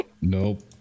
Nope